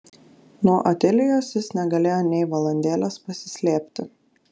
nuo otilijos jis negalėjo nė valandėlės pasislėpti